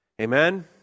Amen